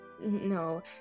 No